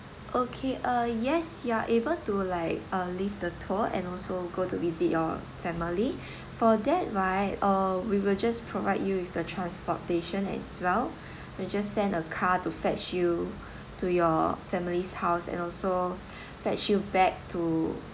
okay ah yes you are able to like uh leave the tour and also go to visit your family for that right uh we will just provide you with the transportation as well and just send a car to fetch you to your family's house and also fetch you back to